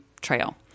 trail